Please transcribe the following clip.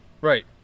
Right